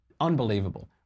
unbelievable